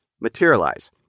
materialize